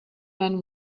man